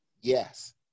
Yes